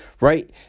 Right